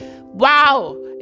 wow